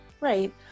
Right